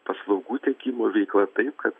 paslaugų teikimo veikla taip kad